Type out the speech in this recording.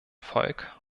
volk